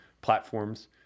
Platforms